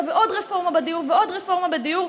ועוד רפורמה בדיור ועוד רפורמה בדיור,